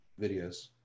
videos